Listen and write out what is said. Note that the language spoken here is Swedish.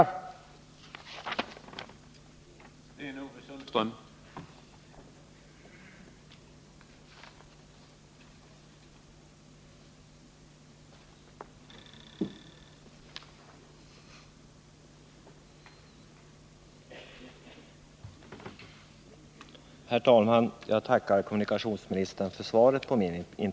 på inrikesflyget